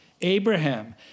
Abraham